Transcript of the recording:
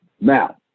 Now